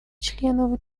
членов